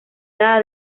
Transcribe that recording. dada